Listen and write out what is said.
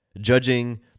Judging